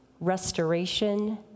restoration